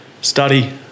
Study